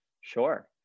Sure